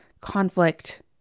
conflict